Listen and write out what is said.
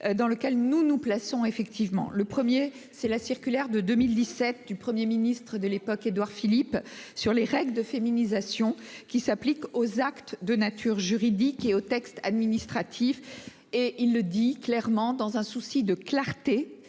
Dans lequel nous nous plaçons effectivement le 1er c'est la circulaire de 2017 du Premier Ministre de l'époque Édouard Philippe sur les règles de féminisation qui s'applique aux actes de nature juridique et aux textes administratifs et il le dit clairement dans un souci de clarté